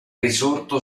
risorto